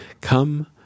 Come